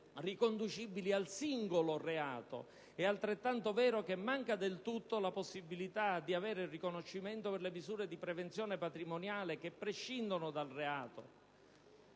riconducibili al singolo reato, è altrettanto vero che manca del tutto la possibilità di avere il riconoscimento delle misure di prevenzione patrimoniale, che prescindono dal reato